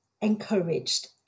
encouraged